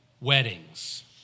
weddings